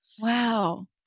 Wow